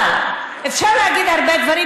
אפשר להגיד הרבה דברים,